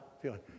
feeling